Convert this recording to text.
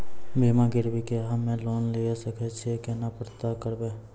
बिना गिरवी के हम्मय लोन लिये सके छियै केना पता करबै?